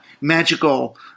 magical